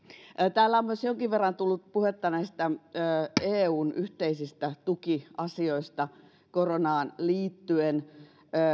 täällä on jonkin verran tullut puhetta myös näistä eun yhteisistä tukiasioista koronaan liittyen